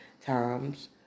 times